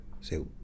Say